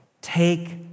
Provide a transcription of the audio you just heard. take